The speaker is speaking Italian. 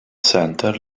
center